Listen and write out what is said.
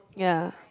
ya